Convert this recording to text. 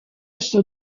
est